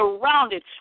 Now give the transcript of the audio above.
surrounded